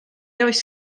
oes